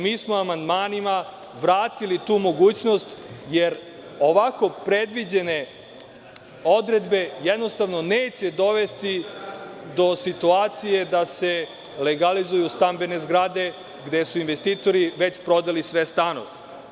Mi smo amandmanima vratili tu mogućnost, jer ovako predviđene odredbe jednostavno neće dovesti do situacije da se legalizuju stambene zgrade gde su investitori već prodali sve stanove.